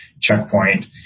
Checkpoint